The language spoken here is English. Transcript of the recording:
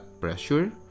pressure